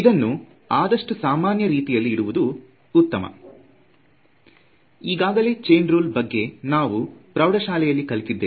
ಇದನ್ನು ಆದಷ್ಟು ಸಾಮಾನ್ಯ ರೀತಿಯಲ್ಲಿ ಇಡುವುದು ಉತ್ತಮ ಈಗಾಗಲೇ ಚೈನ್ ರೂಲ್ ಬಗ್ಗೆ ನಾವು ಪ್ರೌಢಶಾಲೆಯಲ್ಲೇ ಕಲಿತಿದ್ದೇವೆ